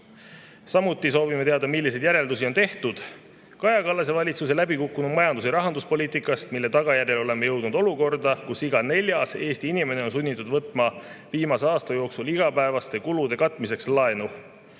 Samuti soovime teada, milliseid järeldusi on tehtud Kaja Kallase valitsuse läbikukkunud majandus‑ ja rahanduspoliitikast, mille tagajärjel oleme jõudnud olukorda, kus iga neljas Eesti inimene on viimase aasta jooksul olnud sunnitud võtma igapäevaste kulude katmiseks laenu.